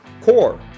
CORE